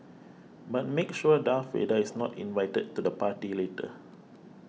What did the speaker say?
but make sure Darth Vader is not invited to the party later